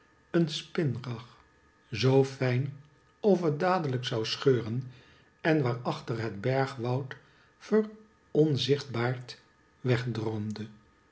een spinrag zoo fijn of het dadelijk zoii scheuren en waarachter het bergwoud veronzichtbaard